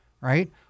right